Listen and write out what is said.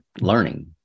learning